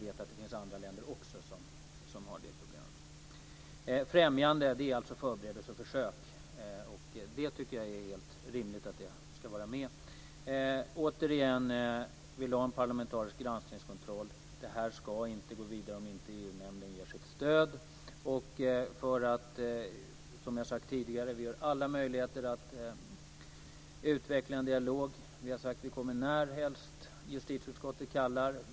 Jag vet att det finns andra länder som har det här problemet. Främjande är alltså förberedelse och försök, och jag tycker att det är helt rimligt att det ska vara med. Återigen vill jag ha en parlamentarisk granskning och kontroll. Det här ska inte gå vidare om inte EU nämnden ger sitt stöd. Vi har alla möjligheter att utveckla en dialog. Vi har sagt att vi kommer när helst justitieutskottet kallar.